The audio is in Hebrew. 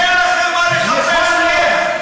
אין לכם מה לחפש פה.